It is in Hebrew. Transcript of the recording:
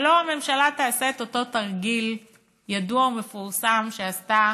שהממשלה לא תעשה את אותו תרגיל ידוע ומפורסם שעשתה